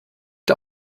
der